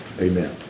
amen